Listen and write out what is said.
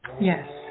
Yes